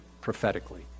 prophetically